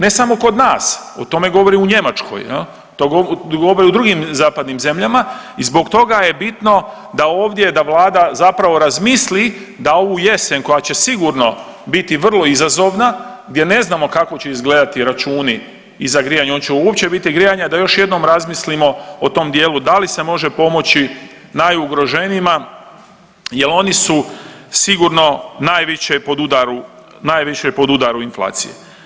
Ne samo kod nas, o tome govore u Njemačkoj, je li, to govore u drugim zapadnim zemljama i zbog toga je bitno da ovdje, da Vlada zapravo razmisli da ovu jesen koja će sigurno biti vrlo izazovna gdje ne znamo kako će izgledati računi i za grijanje i hoće li uopće biti grijanja, da još jednom razmislimo o tom dijelu da li se može pomoći najugroženijima jer oni su sigurno najviše pod udaru inflacije.